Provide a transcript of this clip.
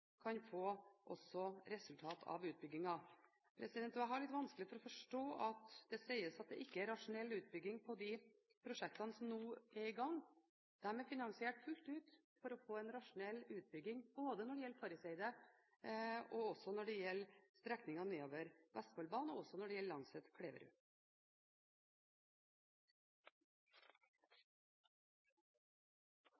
kan få resultater av utbyggingen. Jeg har litt vanskelig å forstå det når man sier at det ikke er rasjonell utbygging av de prosjektene som nå er i gang. De er fullt ut finansiert for å få en rasjonell utbygging. Dette gjelder både Farriseidet og strekningen nedover Vestfoldbanen og Langset–Kleverud. Så må jeg også få legge til at til tross for at det